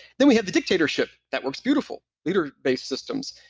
then we have the dictatorship. that works beautiful. leader based systems,